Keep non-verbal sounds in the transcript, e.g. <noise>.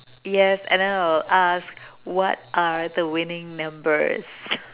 yes and then I will ask what are the winning numbers <laughs>